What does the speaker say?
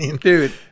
dude